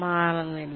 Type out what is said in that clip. മാറുന്നില്ല